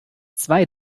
zwei